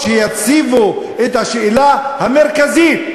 שיציבו את השאלה המרכזית,